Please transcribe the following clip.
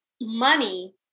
money